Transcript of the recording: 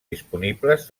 disponibles